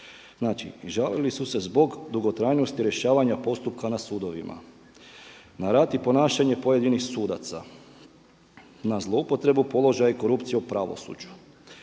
Znači žalili su se zbog dugotrajnosti rješavanja postupka na sudovima, na rad i ponašanje pojedinih sudaca, na zloupotrebu položaja i korupciju u pravosuđu,